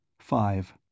Five